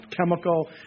chemical